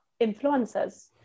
influencers